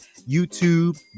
youtube